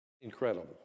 incredible